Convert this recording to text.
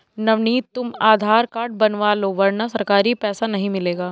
नवनीत तुम आधार कार्ड बनवा लो वरना सरकारी पैसा नहीं मिलेगा